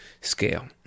scale